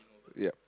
ya